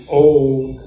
old